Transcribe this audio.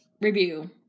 review